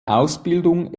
ausbildung